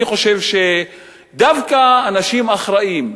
אני חושב שדווקא אנשים אחראים,